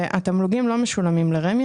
והתמלוגים לא משולמים לרמ"י,